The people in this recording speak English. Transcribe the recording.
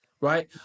right